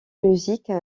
musiques